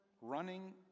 running